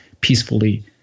peacefully